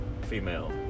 female